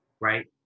right